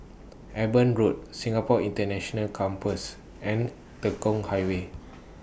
Eben Road Singapore International Campus and Tekong Highway